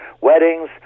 weddings